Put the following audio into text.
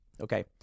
okay